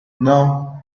non